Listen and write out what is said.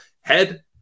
head